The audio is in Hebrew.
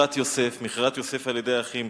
מכירת יוסף, מכירת יוסף על-ידי האחים.